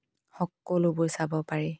সকলোবোৰ চাব পাৰি